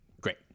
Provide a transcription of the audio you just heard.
Great